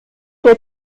der